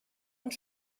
und